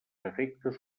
efectes